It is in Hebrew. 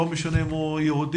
לא משנה אם הוא יהודי,